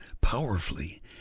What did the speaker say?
powerfully